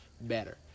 better